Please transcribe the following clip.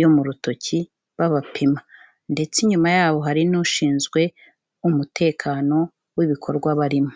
yo mu rutoki babapima ndetse nyuma y'aho hari n'ushinzwe umutekano w'ibikorwa barimo.